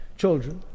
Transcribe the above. children